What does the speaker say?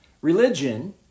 Religion